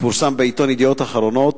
פורסם ב"ידיעות אחרונות"